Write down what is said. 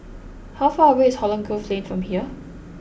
how far away is Holland Grove Lane from here